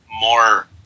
more